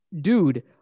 Dude